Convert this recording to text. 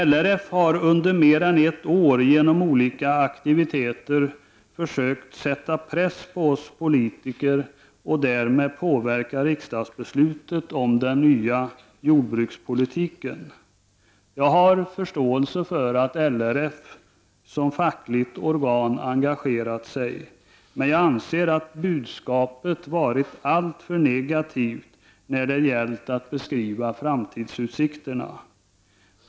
LRF har under mer än ett år genom olika aktiviteter försökt sätta press på oss politiker och därigenom försökt påverka det beslut riksdagen skall fatta om den nya jordbrukspolitiken. Jag har förståelse för att LRF som fackligt organ engagerat sig i denna fråga, men det budskap som framförts om framtidsutsikterna har varit alltför negativt.